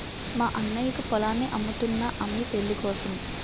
మా అన్నయ్యకు పొలాన్ని అమ్ముతున్నా అమ్మి పెళ్ళికోసం